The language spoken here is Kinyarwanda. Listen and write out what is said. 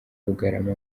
bugarama